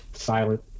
silent